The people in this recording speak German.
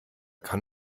kann